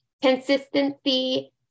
Consistency